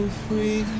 free